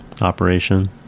operation